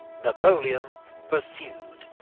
napoleon pursued.